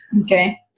Okay